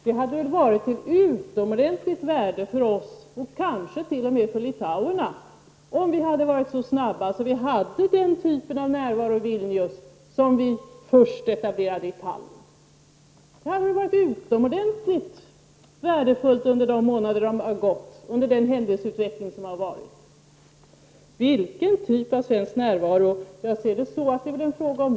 Det hade väl varit av utomordentligt värde för Sverige, och kanske t.o.m. för Litauen, om vi så snabbt hade etablerat den typen av närvaro i Vilnius som vi först gjorde i Tallinn. Det hade varit utomordentligt värdefullt under händelseutvecklingen under de månader som har gått. Sture Ericson frågar vilken typ av svensk närvaro det skulle vara fråga om.